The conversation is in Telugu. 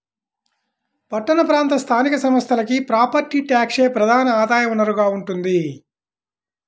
పట్టణ ప్రాంత స్థానిక సంస్థలకి ప్రాపర్టీ ట్యాక్సే ప్రధాన ఆదాయ వనరుగా ఉంటోంది